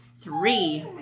Three